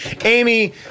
Amy